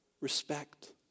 respect